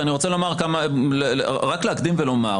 ואני רוצה רק להקדים ולומר,